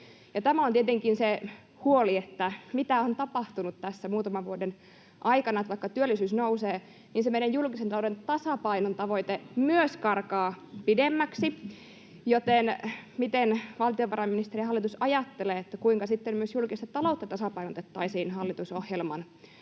tämä on tietenkin se huoli, että mitä on tapahtunut tässä muutaman vuoden aikana — vaikka työllisyys nousee, niin se meidän julkisen talouden tasapainon tavoite myös karkaa pidemmäksi. Miten valtiovarainministeri ja hallitus ajattelevat: kuinka sitten myös julkista taloutta tasapainotettaisiin hallitusohjelman